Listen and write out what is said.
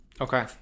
Okay